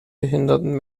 behinderten